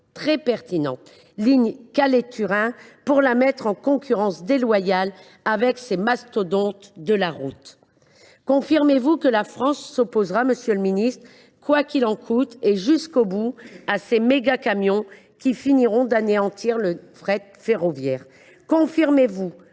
très pertinente ligne Calais Turin si c’est pour la mettre en concurrence déloyale avec ces mastodontes de la route ? Confirmez vous que la France s’opposera, « quoi qu’il en coûte » et jusqu’au bout, à ces mégacamions qui finiront d’anéantir le fret ferroviaire, monsieur